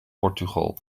portugal